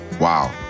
Wow